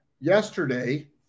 yesterday